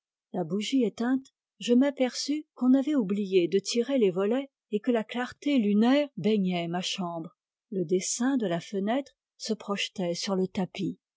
la bougie éteinte je m'aperçus qu'on avait oublié de tirer les volets et que la clarté lunaire baignait ma chambre le dessin de la fenêtre se projetait sur le tapis